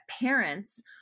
parents